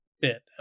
bit